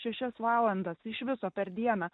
šešias valandas iš viso per dieną